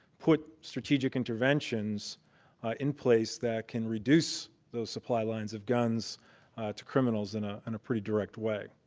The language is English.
put strategic interventions in place that can reduce those supply lines of guns to criminals in a and pretty direct way.